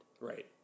right